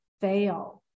fail